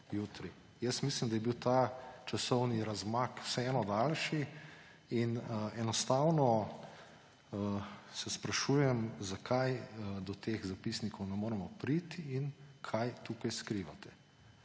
Jaz mislim, da je bil ta časovni razmak vseeno daljši in enostavno se sprašujem, zakaj do teh zapisnikov ne moremo priti in kaj tukaj skrivate.